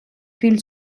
viel